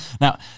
Now